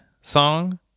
song